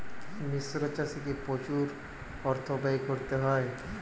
মিশ্র চাষে কি প্রচুর অর্থ ব্যয় করতে হয়?